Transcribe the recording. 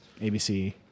ABC